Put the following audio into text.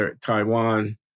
Taiwan